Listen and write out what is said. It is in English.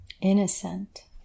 innocent